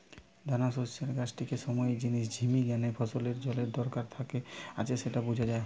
দানাশস্যের গাছটিকে সময়ের জিনে ঝিমি গ্যানে ফসলের জলের দরকার আছে স্যাটা বুঝা যায়